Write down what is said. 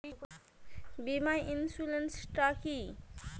বিমা বা ইন্সুরেন্স টা কি?